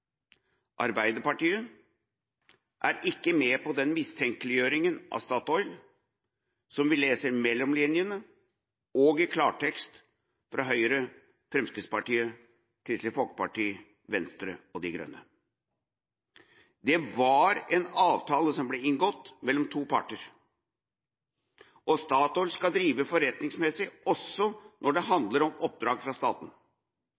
Arbeiderpartiet er ikke med på den mistenkeliggjøringa av Statoil som vi leser mellom linjene og i klartekst fra Høyre, Fremskrittspartiet, Kristelig Folkeparti, Venstre og Miljøpartiet De Grønne. Det var en avtale som ble inngått mellom to parter, og Statoil skal drive forretningsmessig også når det handler om oppdrag fra staten.